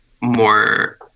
more